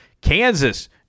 Kansas